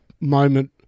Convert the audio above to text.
moment